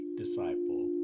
disciple